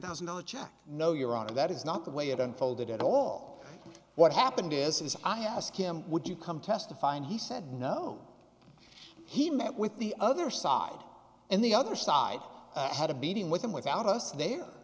thousand dollar check no your honor that is not the way it unfolded at all what happened is i asked him would you come testify and he said no he met with the other side and the other side had a meeting with him without us there